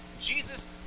Jesus